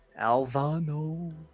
Alvano